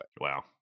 Wow